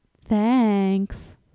Thanks